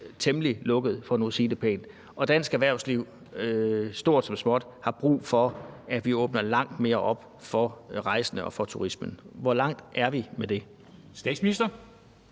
temmelig lukkede, for nu at sige det pænt. Og dansk erhvervsliv, stort som småt, har brug for, at vi åbner langt mere op for rejsende og for turismen. Hvor langt er vi med det? Kl.